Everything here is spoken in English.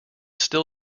still